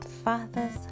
Fathers